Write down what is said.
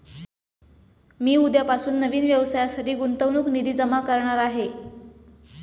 मी उद्यापासून नवीन व्यवसायासाठी गुंतवणूक निधी जमा करणार आहे